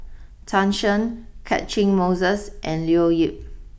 Tan Shen Catchick Moses and Leo Yip